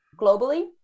globally